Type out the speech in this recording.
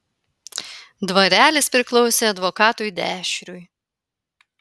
dvarelis priklausė advokatui dešriui